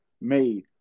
made